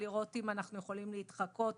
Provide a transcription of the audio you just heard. אם אנחנו יכולים להתחקות